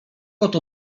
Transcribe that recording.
oto